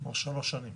כלומר, שלוש שנים.